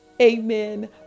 Amen